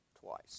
twice